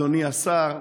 אדוני השר,